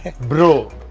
bro